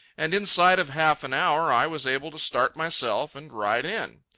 and inside of half an hour i was able to start myself and ride in.